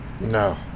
no